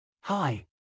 Hi